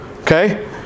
Okay